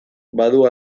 badu